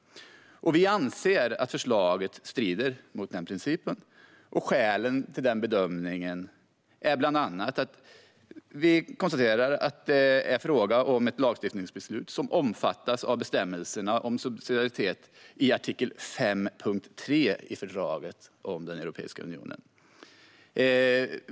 Vi anser att förslaget strider mot denna princip. Skälen till denna bedömning är bland annat att vi konstaterar att det är fråga om ett lagstiftningsbeslut som omfattas av bestämmelserna om subsidiaritet i artikel 5.3 i fördraget om Europeiska unionen.